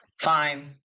fine